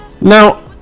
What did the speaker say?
now